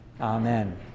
Amen